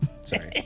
Sorry